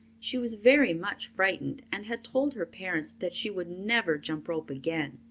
she was very much frightened and had told her parents that she would never jump rope again.